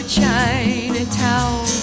Chinatown